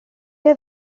neu